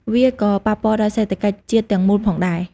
វាក៏ប៉ះពាល់ដល់សេដ្ឋកិច្ចជាតិទាំងមូលផងដែរ។